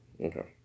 Okay